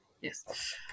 yes